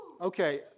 Okay